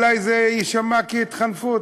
אולי זה יישמע כהתחנפות,